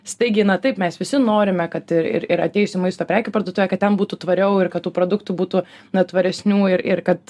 staigiai na taip mes visi norime kad ir ir atėjus į maisto prekių parduotuvę kad ten būtų tvariau ir kad tų produktų būtų na tvaresnių ir ir kad